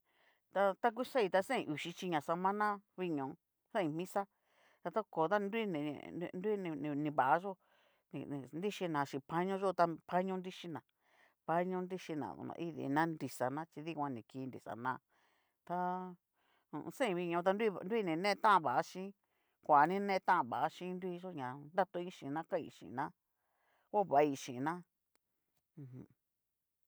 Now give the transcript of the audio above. Ta takuxai ta xaín uu xhíchí na semana viñóo, xain misa ta toko ta nruni nruni ni va yó'o nrixhina chín pañoyo ta paño nrixhina, paño nruxhina dono idina, nrixana dikuan chí dikuan ni kinri xa'náa, ta ho o on. xain viñóo, ta nru ni ne tan vaxhín kua ni ne tan vaxhín nruiyo ña nratoin xhina kain xhina, ho vai xhin'naa mjum.